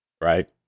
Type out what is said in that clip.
Right